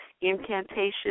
incantation